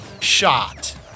shot